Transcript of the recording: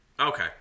Okay